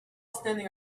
standing